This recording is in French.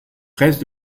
presses